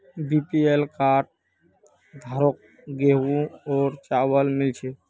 BPL card धारकों गेहूं और चावल मिल छे